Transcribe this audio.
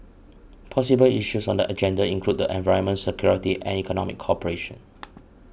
possible issues on the agenda include the environment security and economic cooperation